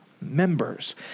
members